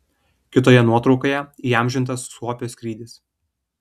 kitoje nuotraukoje įamžintas suopio skrydis